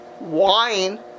Wine